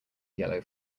yellow